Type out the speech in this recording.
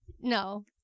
No